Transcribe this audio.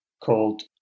called